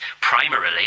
primarily